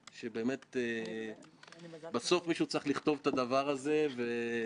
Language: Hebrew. שחשובים לא רק בהסתכלות אחורה אלא גם בהסתכלות קדימה.